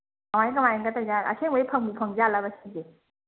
ꯀꯃꯥꯏ ꯀꯃꯥꯏꯅꯒ ꯇꯧꯋꯤꯖꯥꯠꯅꯣ ꯑꯁꯦꯡꯕꯩ ꯐꯪꯕꯨ ꯐꯪꯖꯥꯠꯂꯕ ꯁꯤꯁꯦ